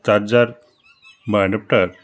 charger বা adapter